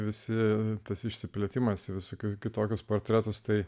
visi tas išsiplėtimas visokius kitokius portretus tai